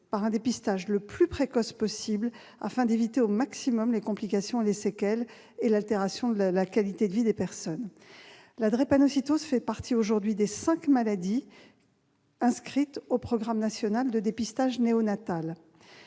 par un dépistage le plus précoce possible, afin d'éviter au maximum les complications et séquelles ainsi que l'altération de la qualité de vie des personnes. La drépanocytose fait partie aujourd'hui des cinq maladies inscrites au programme national de dépistage néonatal.